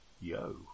yo